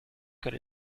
could